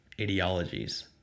ideologies